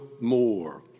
more